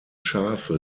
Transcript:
schafe